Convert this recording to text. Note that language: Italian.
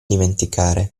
dimenticare